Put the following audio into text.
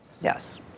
Yes